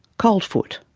coldfoot.